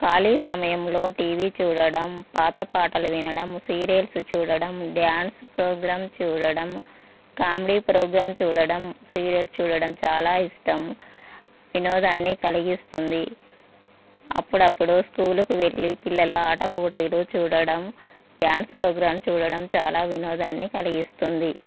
ఖాళీ సమయంలో టీవీ చూడడం పాత పాటలు వినడం సీరియల్స్ చూడడం డాన్స్ ప్రోగ్రాం చూడడం కామెడీ ప్రోగ్రాం చూడడం సీరియల్ చూడడం చాలా ఇష్టం వినోదాన్ని కలిగిస్తుంది అప్పుడప్పుడు స్కూలుకు వెళ్ళి పిల్లల ఆట పోటీలు చూడడం డాన్స్ ప్రోగ్రాం చూడడం చాలా వినోదాన్ని కలిగిస్తుంది